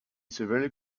severely